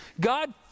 God